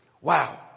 Wow